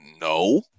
No